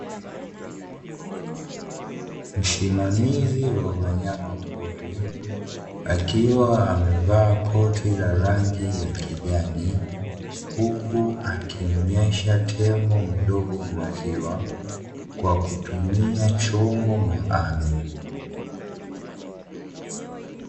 Msimamizi wa wanyama pori akiwa amevaa koti la rangi ya kijani huku akimnywesha tembo mdogo maziwa kwa kutumia chombo maalumu.